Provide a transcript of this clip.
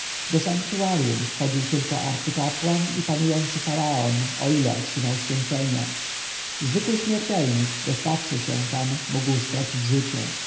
do sanktuarjum wchodził tylko arcykapłan i panujący faraon o ile otrzymał święcenia zwykły śmiertelnik dostawszy się tam mógł stracić życie